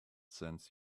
sends